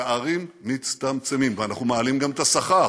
הפערים מצטמצמים, ואנחנו גם מעלים את השכר,